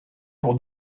pour